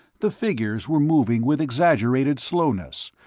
the figures were moving with exaggerated slowness,